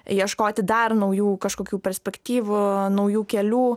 ieškoti dar naujų kažkokių perspektyvų naujų kelių